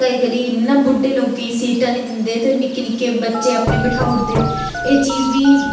कदें कदें न बुड्डे लोगें गी सीटां नी दिंदे ते निक्के निक्के बच्चें अपने बठाऊ उड़दे एह् चीज़ बी